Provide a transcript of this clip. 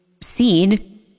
seed